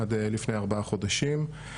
עד לפני כארבעה חודשים,